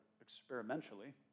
experimentally